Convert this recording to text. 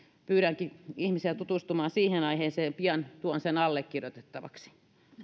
pyydänkin ihmisiä tutustumaan siihen aiheeseen pian tuon sen allekirjoitettavaksi